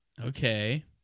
Okay